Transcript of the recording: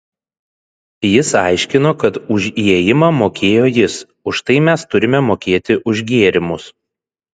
jis aiškino kad už įėjimą mokėjo jis už tai mes turime mokėti už gėrimus